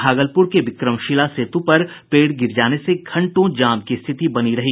भागलपुर के विक्रमशिला सेतु पर पेड़ गिर जाने से घंटों जाम की स्थिति बनी रही